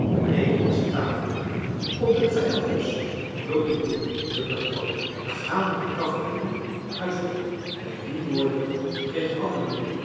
bleek als een tafellaken op den vijand los bulderde de patroon we gaan met de cavalerie een uitval doen bij die woorden kreeg annemie